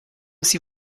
sie